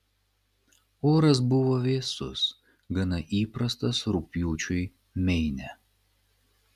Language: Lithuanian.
oras buvo vėsus gana įprastas rugpjūčiui meine